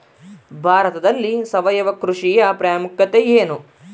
ಭಾರತದಲ್ಲಿ ಸಾವಯವ ಕೃಷಿಯ ಪ್ರಾಮುಖ್ಯತೆ ಎನು?